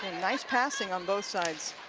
nice passing on both sides.